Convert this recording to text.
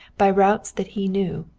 by routes that he knew.